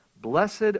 Blessed